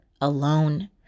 alone